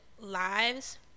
lives